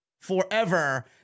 forever